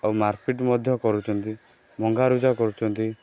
ଆଉ ମାର୍ପିଟ୍ ମଧ୍ୟ କରୁଛନ୍ତି ଭଙ୍ଗା ରୁଜା କରୁଛନ୍ତି